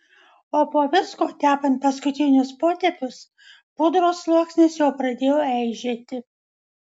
o po visko tepant paskutinius potėpius pudros sluoksnis jau pradėjo eižėti